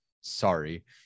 Sorry